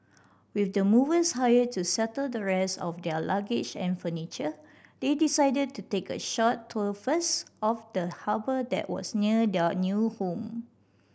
with the movers hired to settle the rest of their luggage and furniture they decided to take a short tour first of the harbour that was near their new home